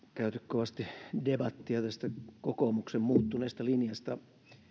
kovasti debattia tästä kokoomuksen muuttuneesta linjasta ja se